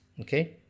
okay